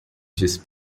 disse